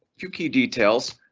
few key details.